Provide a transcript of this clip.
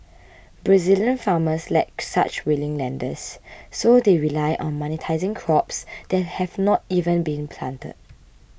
Brazilian farmers lack such willing lenders so they rely on monetising crops that have not even been planted